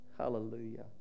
Hallelujah